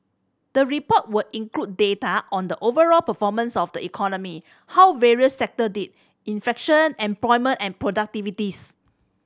the report will include data on the overall performance of the economy how various sector did inflation employment and productivities